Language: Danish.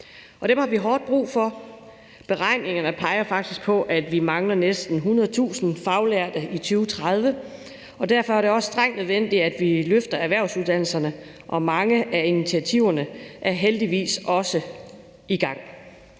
dem har vi hårdt brug for. Beregningerne peger faktisk på, at vi vil mangle næsten 100.000 faglærte i 2030, og derfor er det også strengt nødvendigt, at vi løfter erhvervsuddannelserne, og mange af initiativerne er heldigvis også i gang.